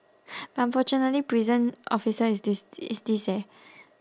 unfortunately prison officer is this is this eh